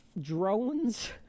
drones